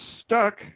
stuck